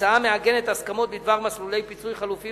ההצעה מעגנת הסכמות בדבר מסלולי פיצוי חלופיים